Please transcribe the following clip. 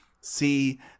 see